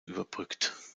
überbrückt